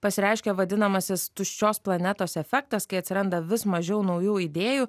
pasireiškia vadinamasis tuščios planetos efektas kai atsiranda vis mažiau naujų idėjų